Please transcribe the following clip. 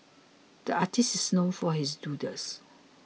the artists is known for his doodles